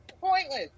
pointless